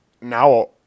now